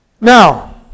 Now